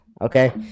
okay